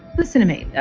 listen to me, yeah